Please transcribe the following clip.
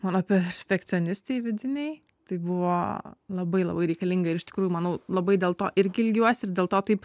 mano perfekcionistei vidinei tai buvo labai labai reikalinga ir iš tikrųjų manau labai dėl to irgi ilgiuosi ir dėl to taip